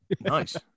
Nice